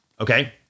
Okay